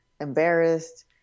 embarrassed